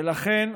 ולכן,